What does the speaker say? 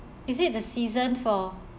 is it the season for